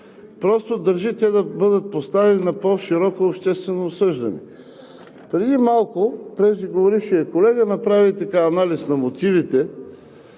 си, а държи те да бъдат поставени на по-широко обществено обсъждане. Преди малко преждеговорившият колега направи анализ на мотивите,